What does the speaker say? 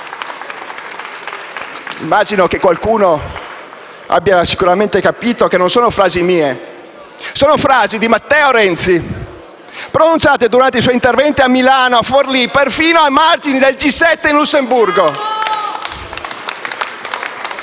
Immagino che qualcuno abbia sicuramente capito che non sono frasi mie, ma di Matteo Renzi, pronunciate durante il suo intervento a Milano, a Forlì e persino a margine del G7 di Lussemburgo.